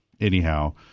anyhow